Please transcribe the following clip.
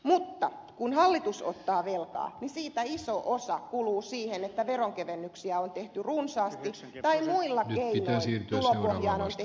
mutta kun hallitus ottaa velkaa niin siitä iso osa kuluu siihen että veronkevennyksiä on tehty runsaasti tai muilla keinoin tulopohjaan on tehty aukkoja